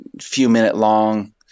few-minute-long